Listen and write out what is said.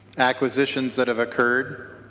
acquisitions that have occurred